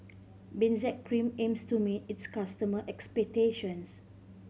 Benzac Cream aims to meet its customer' expectations